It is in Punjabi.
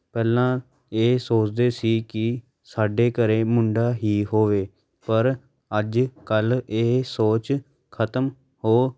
ਪਹਿਲਾਂ ਇਹ ਸੋਚਦੇ ਸੀ ਕਿ ਸਾਡੇ ਘਰ ਮੁੰਡਾ ਹੀ ਹੋਵੇ ਪਰ ਅੱਜ ਕੱਲ੍ਹ ਇਹ ਸੋਚ ਖਤਮ ਹੋ